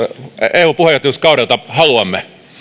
eu puheenjohtajuuskaudelta haluamme